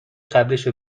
قبلیشو